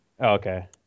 okay